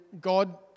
God